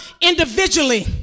individually